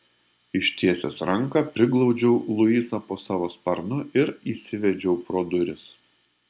ištiesęs ranką priglaudžiau luisą po savo sparnu ir įsivedžiau pro duris